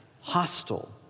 hostile